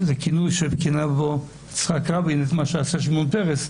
זה הכינוי שנתן יצחק רבין, למה שעשה שמעון פרס.